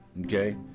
Okay